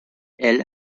elles